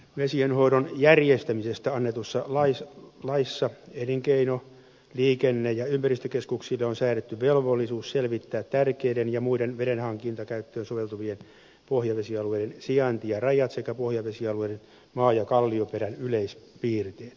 vesienhoidon järjestämisestä annetussa laissa elinkeino liikenne ja ympäristökeskuksille on säädetty velvollisuus selvittää tärkeiden ja muiden vedenhankintakäyttöön soveltuvien pohjavesialueiden sijainti ja rajat sekä pohjavesialueiden maa ja kallioperän yleispiirteet